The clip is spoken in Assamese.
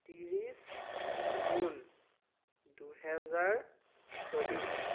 ত্ৰিছ জুন দুহেজাৰ চৌবিছ